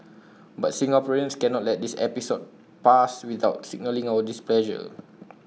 but Singaporeans cannot let this episode pass without signalling our displeasure